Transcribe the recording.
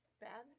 bad